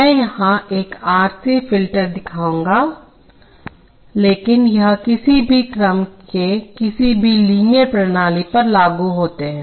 मैं यहां एक R C फिल्टर दिखाऊंगा लेकिन यह किसी भी क्रम के किसी भी लीनियर प्रणाली पर लागू होता है